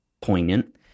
poignant